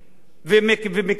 במקרים מסוימים,